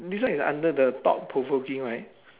this one is under the thought-provoking right